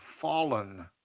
fallen